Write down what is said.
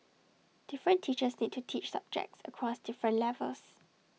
different teachers need to teach subjects across different levels